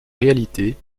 réalité